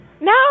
no